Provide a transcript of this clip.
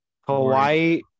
Hawaii